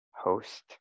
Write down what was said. host